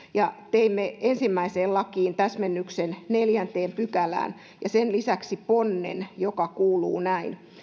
teimme ensimmäiseen lakiin täsmennyksen neljänteen pykälään ja sen lisäksi ponnen joka kuuluu näin